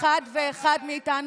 זה עשרות אלפי אנשים כאלה.